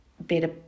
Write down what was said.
better